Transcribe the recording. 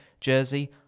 Jersey